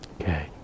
Okay